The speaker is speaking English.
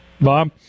Bob